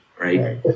Right